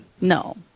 No